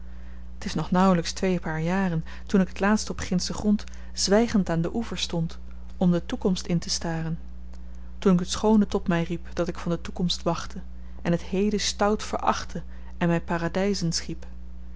t is nog nauwlyks twee paar jaren toen ik t laatst op gindschen grond zwygend aan den oever stond om de toekomst in te staren toen ik t schoone tot my riep dat ik van de toekomst wachtte en het heden stout verachtte en my paradyzen schiep